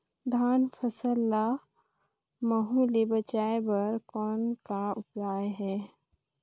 धान फसल ल महू ले बचाय बर कौन का उपाय हे?